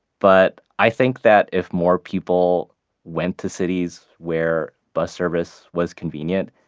but i think that if more people went to cities where bus service was convenient,